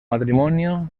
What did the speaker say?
matrimonio